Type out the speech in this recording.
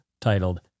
titled